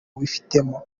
wifitemo